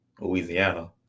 Louisiana